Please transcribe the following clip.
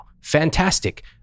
Fantastic